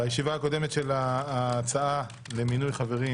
בישיבה הקודמת של ההצעה למינוי חברים